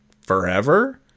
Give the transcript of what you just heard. forever